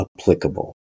applicable